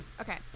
okay